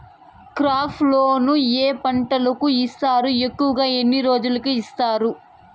crop loan ఏ పంటలకు ఇస్తారు ఎక్కువగా ఎన్ని రోజులకి ఇస్తారు